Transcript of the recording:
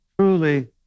truly